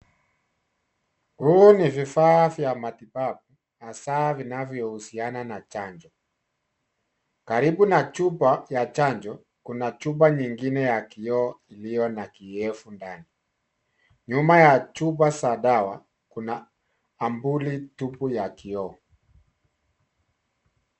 Huu ni vifaa vya matibabu hasa vinavyo husiana na chanjo. Karibu na chupa ya chanjo kuna chupa nyingine ya kioo iliyo na kiyevu ndani. Nyuma ya chupa za dawa kuna ambuli tupu ya kioo.